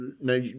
now